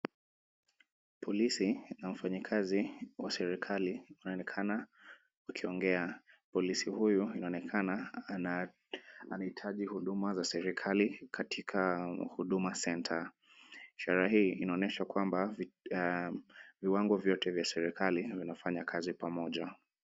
Polisi na mfanyikazi wa serikali wanaonekana wakiongea. Polisi huyu inaonekana anahitaji huduma za serikali katika Huduma Centre. Ishara hii inaonyesha kwamba viwango vyote vya serikali vinafanya kazi pamoja.